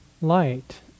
light